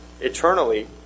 eternally